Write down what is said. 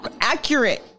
accurate